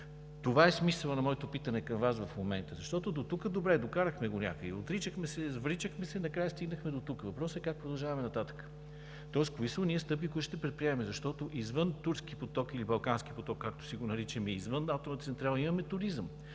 Това е смисълът на моето питане към Вас в момента. Дотук добре, докарахме го донякъде – отричахме се, вричахме се и накрая стигнахме дотук. Въпросът е как продължаваме нататък? Тоест кои са онези стъпки, които ще предприемем? Защото извън Турски поток, или Балкански поток, както си го наричаме, извън атомната централа имаме туризъм.